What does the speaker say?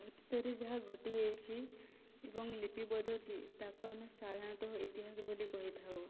ଅତୀତରେ ଯାହା ଘଟି ଯାଇଛି ଏବଂ ଲିପିବଦ୍ଧ ଅଛି ତାହାକୁ ଆମେ ସାଧାରଣତଃ ଇତିହାସ ବୋଲି କହିଥାଉ